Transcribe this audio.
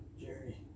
Jerry